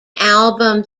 album